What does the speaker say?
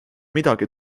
midagi